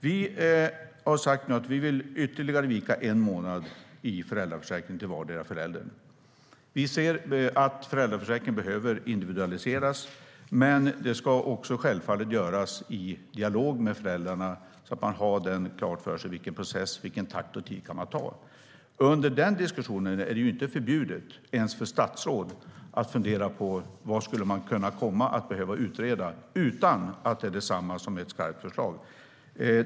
Vi har nu sagt att vi vill vika ytterligare en månad i föräldraförsäkringen till vardera föräldern. Vi ser att föräldraförsäkringen behöver individualiseras, men det ska självfallet göras i dialog med föräldrarna så att man har klart för sig i vilken takt man kan ta processen. Under den diskussionen är det inte förbjudet, ens för statsråd, att fundera på vad man skulle kunna behöva utreda - utan att det är detsamma som ett skarpt förslag.